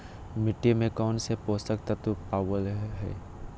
मिट्टी में कौन से पोषक तत्व पावय हैय?